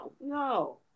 No